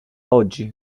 oggi